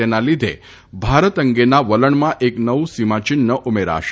તેના લીધે ભારત અંગેના વલણમાં એક નવું સીમાચિન્હ ઉમેરાશે